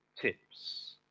tips